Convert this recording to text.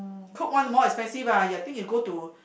cook one more expensive ah I think you go to